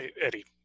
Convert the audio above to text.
eddie